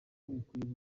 bikwiye